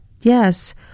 Yes